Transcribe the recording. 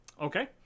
Okay